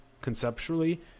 conceptually